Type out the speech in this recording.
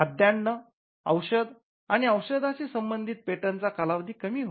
खाद्यान्न औषध आणि औषधाशी संबंधित पेटंटचा कालावधी कमी होता